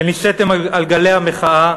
שנישאתם על גלי המחאה